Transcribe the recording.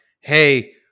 hey